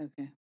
Okay